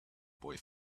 boy